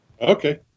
Okay